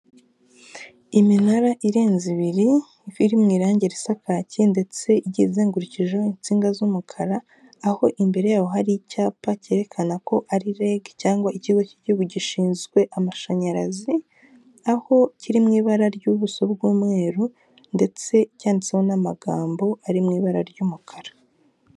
Iminara irenze ibiri, iri mu irangi risa kaki ndetse igiye izengurukijeho insinga z'umukara, aho imbere yaho hari icyapa kerekana ko ari REG, cyangwa ikigo k'igihugu gishinzwe amashanyarazi, aho kiri mu ibara ry'ubuso bw'umweru ndetse cyanditseho n'amagambo ari mu ibara ry'umukara.